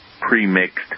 pre-mixed